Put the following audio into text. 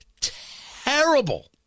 terrible